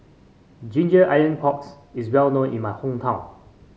ginger onion porks is well known in my hometown